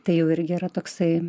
tai jau irgi yra toksai